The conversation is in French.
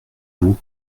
vous